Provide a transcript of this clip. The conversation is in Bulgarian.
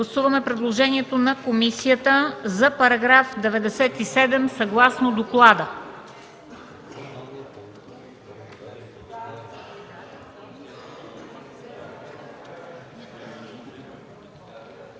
гласуваме предложението на комисията за § 97, съгласно доклада.